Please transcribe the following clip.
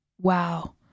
Wow